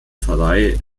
pfarrei